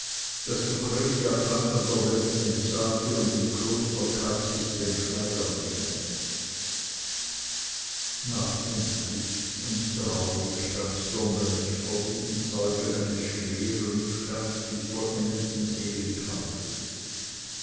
daß lucretia planta der welt entsage und im kloster cazis den schleier nehme nachdenklich und traurig stand der mönch vor diesen zeugen eines schweren und schmerzlich vollendeten